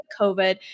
COVID